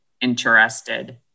interested